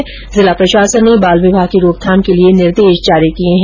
उधर जिला प्रशासन ने बाल विवाह की रोकथाम के लिये निर्देश जारी किये है